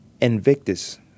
Invictus